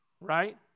Right